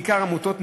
בעיקר עמותות,